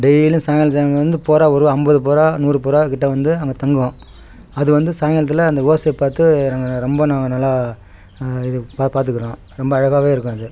டெய்லியும் சாயங்காலம் சாயங்காலம் வந்து புறா ஒரு ஐம்பது புறா நூறு புறாக்கிட்டே வந்து அங்கே தங்கும் அது வந்து சாயங்காலத்துல அந்த ஓசையை பார்த்து நாங்கள் ரொம்ப நான் நல்லா இது ப பார்த்துக்குறோம் ரொம்ப அழகாகவே இருக்கும் அது